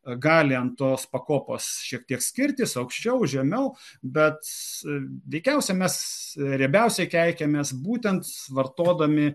gali ant tos pakopos šiek tiek skirtis aukščiau žemiau bet veikiausia mes riebiausiai keikiamės būtent vartodami